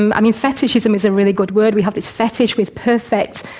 um i mean, fetishism is a really good word. we have this fetish with perfect,